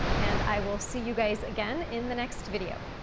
and i will see you guys again in the next video.